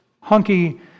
hunky